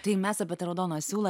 tai mes apie tą raudoną siūlą